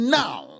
now